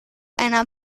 einer